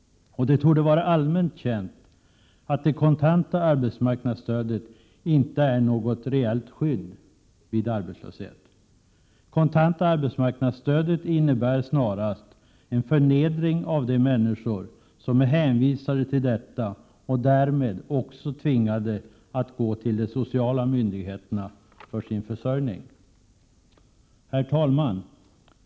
Det torde vara allmänt känt att det kontanta arbetsmarknadsstödet inte är något reellt skydd vid arbetslöshet. Det kontanta arbetsmarknadsstödet innebär snarast en förnedring av de människor som är hänvisade till detta och därmed också tvingade att gå till de sociala myndigheterna för sin försörjning. Herr talman!